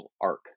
arc